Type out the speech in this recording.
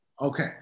Okay